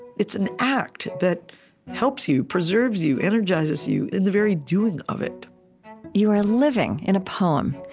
it's an act that helps you, preserves you, energizes you in the very doing of it you are living in a poem.